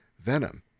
Venom